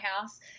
house